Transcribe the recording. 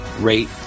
rate